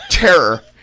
terror